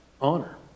honor